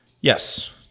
Yes